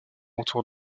autour